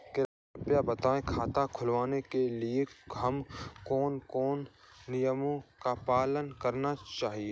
कृपया बताएँ खाता खुलवाने के लिए हमें किन किन नियमों का पालन करना चाहिए?